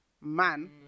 man